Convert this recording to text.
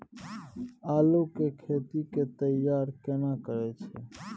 आलू के खेती के तैयारी केना करै छै?